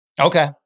Okay